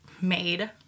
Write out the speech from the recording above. made